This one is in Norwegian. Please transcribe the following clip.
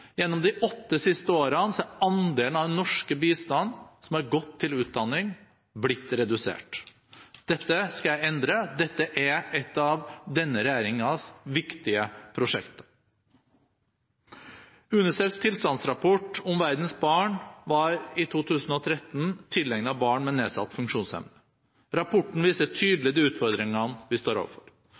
Gjennom de åtte siste årene har andelen av den norske bistanden som har gått til utdanning, blitt redusert. Dette skal jeg endre, dette er et av denne regjeringens viktige prosjekter. UNICEFs tilstandsrapport om verdens barn var i 2013 tilegnet barn med nedsatt funksjonsevne. Rapporten viser tydelig de utfordringene vi står overfor.